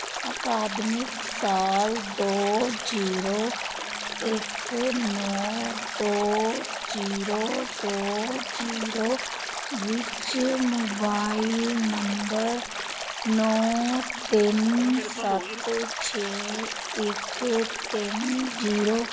ਅਕਾਦਮਿਕ ਸਾਲ ਦੋ ਜ਼ੀਰੋ ਇੱਕ ਨੌ ਦੋ ਜ਼ੀਰੋ ਦੋ ਜ਼ੀਰੋ ਵਿੱਚ ਮੋਬਾਈਲ ਨੰਬਰ ਨੌਂ ਤਿੰਨ ਸੱਤ ਛੇ ਇੱਕ ਤਿੰਨ ਜ਼ੀਰੋ